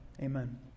Amen